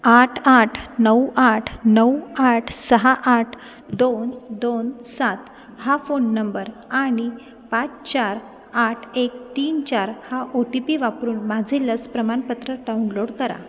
आठ आठ नऊ आठ नऊ आठ सहा आठ दोन दोन सात हा फोन नंबर आणि पाच चार आठ एक तीन चार हा ओ टी पी वापरून माझे लस प्रमाणपत्र डाउनलोड करा